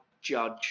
judge